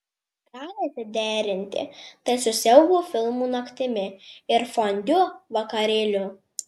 galite derinti tai su siaubo filmų naktimi ir fondiu vakarėliu